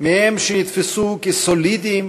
היו בהם שנתפסו כסולידיים,